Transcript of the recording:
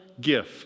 gift